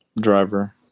Driver